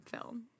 film